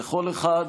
וכל אחד,